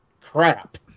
crap